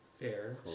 Fair